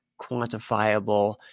quantifiable